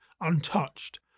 untouched